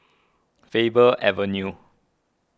Faber Avenue